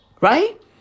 Right